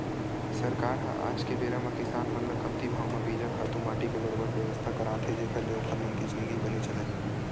सरकार ह आज के बेरा म किसान मन ल कमती भाव म बीजा, खातू माटी के बरोबर बेवस्था करात हे जेखर ले ओखर मन के जिनगी बने चलय